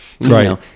Right